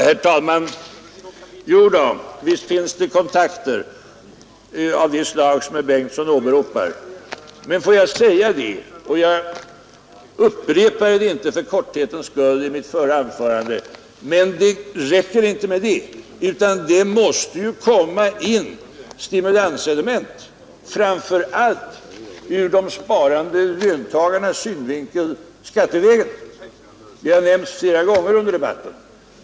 Herr talman! Jo, visst finns det kontakter av det slag som herr Bengtsson åberopar. Men får jag säga — för korthetens skull upprepade jag det inte i mitt förra anförande — att det inte räcker med detta. Det måste komma in stimulanselement, framför allt ur de sparandes synvinkel, skattevägen. Detta har också nämnts flera gånger under debatten.